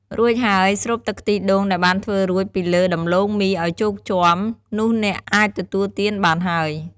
រួចហើយ ស្រូបទឹកខ្ទិះដូងដែលបានធ្វើរួច ពីលើដំឡូងមីឱ្យជោគជាំ នោះអ្នកអាចទទួលទានបានហើយ។